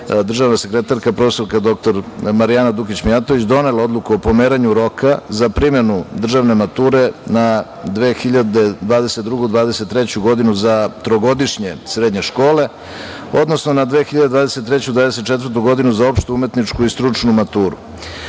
državna sekretarka prof. dr Marijana Dukić Mijatović, donela odluku o pomeranju roka za primenu državne mature na 2022/23. godinu za trogodišnje srednje škole, odnosno na 2023/24. za opštu umetničku i stručnu maturu. Upravo